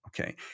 okay